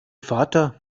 vater